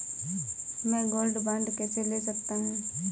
मैं gold bond कैसे ले सकता हूँ?